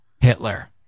Hitler